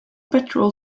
petrol